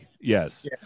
yes